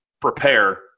prepare